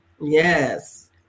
Yes